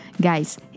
Guys